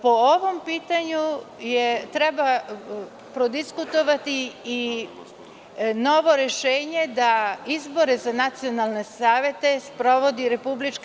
Po ovom pitanju treba prodiskutovati i novo rešenje da izbore za nacionalne savete sprovodi RIK.